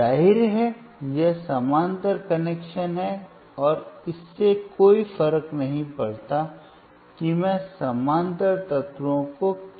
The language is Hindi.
जाहिर है यह समानांतर कनेक्शन है और इससे कोई फर्क नहीं पड़ता कि मैं समानांतर तत्वों को किस क्रम में दिखाता हूं